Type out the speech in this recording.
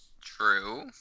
true